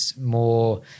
more –